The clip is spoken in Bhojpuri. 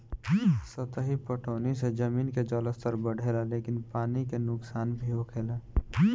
सतही पटौनी से जमीन के जलस्तर बढ़ेला लेकिन पानी के नुकसान भी होखेला